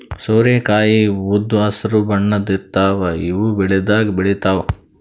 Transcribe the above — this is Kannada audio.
ಸೋರೆಕಾಯಿ ಉದ್ದ್ ಹಸ್ರ್ ಬಣ್ಣದ್ ಇರ್ತಾವ ಇವ್ ಬೆಳಿದಾಗ್ ಬೆಳಿತಾವ್